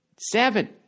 seven